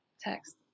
text